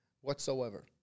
whatsoever